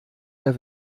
der